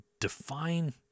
define